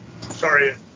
Sorry